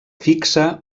fixa